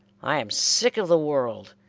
i am sick of the world.